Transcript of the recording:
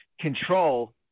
control